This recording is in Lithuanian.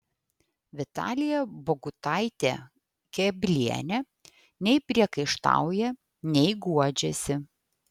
vitalija bogutaitė keblienė nei priekaištauja nei guodžiasi